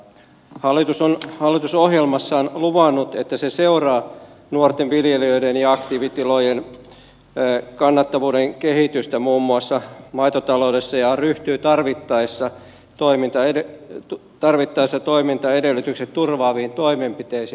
hallitus on hallitusohjelmassaan luvannut että se seuraa nuorten viljelijöiden ja aktiivitilojen kannattavuuden kehitystä muun muassa maitotaloudessa ja ryhtyy tarvittaessa toimintaedellytykset turvaaviin toimenpiteisiin